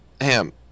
Ham